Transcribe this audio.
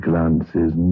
Glances